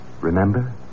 Remember